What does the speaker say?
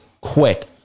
quick